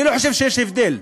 אני לא חושב שיש הבדל.